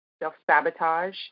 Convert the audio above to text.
self-sabotage